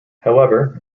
however